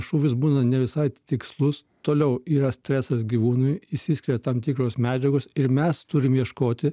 šūvis būna ne visai tikslus toliau yra stresas gyvūnui išsiskiria tam tikros medžiagos ir mes turim ieškoti